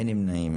אין נמנעים?